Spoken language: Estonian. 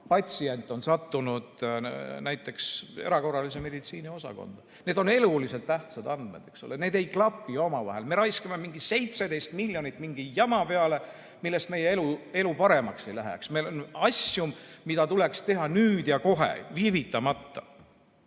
patsient on sattunud erakorralise meditsiini osakonda. Need on eluliselt tähtsad andmed, eks ole, aga ei klapi omavahel. Me raiskame 17 miljonit mingi jama peale, millest meie elu paremaks ei lähe, samas kui meil on asju, mida tuleks teha nüüd ja kohe, viivitamata. Loomulikult